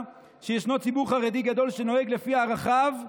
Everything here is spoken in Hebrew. שישנו ציבור חרדי גדול שנוהג לפי ערכיו,